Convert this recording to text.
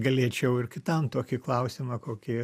galėčiau ir kitam tokį klausimą kokį